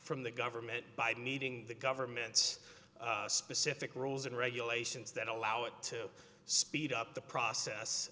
from the government by meeting the government's specific rules and regulations that allow it to speed up the process